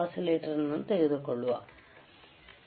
oscillator ತೆಗೆದುಕೊಳ್ಳುತ್ತೇವೆ